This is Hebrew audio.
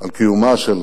קיומה של